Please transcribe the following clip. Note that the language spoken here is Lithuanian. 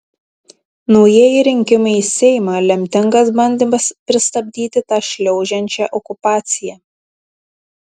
naujieji rinkimai į seimą lemtingas bandymas pristabdyti tą šliaužiančią okupaciją